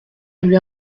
lui